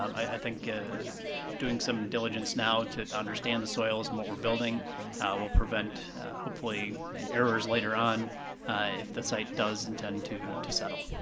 i think doing some diligence now to to understand the soils and what we're building will prevent hopefully errors later on, if the site does intend to to settle.